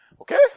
okay